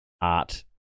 art